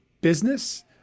business